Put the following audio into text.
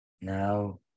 Now